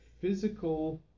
physical